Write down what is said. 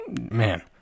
man